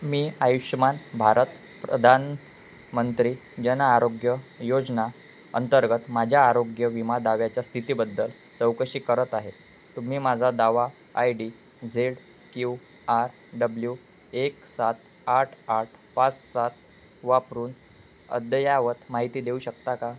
मी आयुष्यमान भारत प्रधानमंत्री जनआरोग्य योजना अंतर्गत माझ्या आरोग्य विमा दाव्याच्या स्थितीबद्दल चौकशी करत आहे तुम्ही माझा दावा I D Z Q R W एक सात आठ आठ पाच सात वापरून अद्ययावत माहिती देऊ शकता का